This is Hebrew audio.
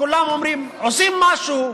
כולם אומרים: עושים משהו.